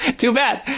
too bad,